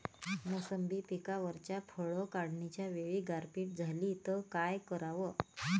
मोसंबी पिकावरच्या फळं काढनीच्या वेळी गारपीट झाली त काय कराव?